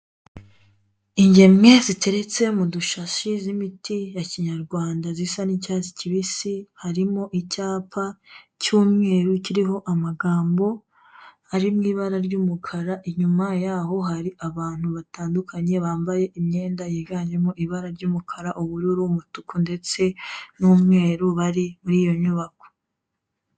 Ingemwe ziteretse dushashi mu z'imiti ya Kinyarwanda zisa n'icyatsi kibisi, harimo icyapa cy'umweru kiriho amagambo ari mu ibara ry'umukara. Inyuma yaho hari abantu bambaye imyenda yiganjemo ibara ry'umukara, ubururu, umutuku ndetse y'umweru bari muri iyo nyubako.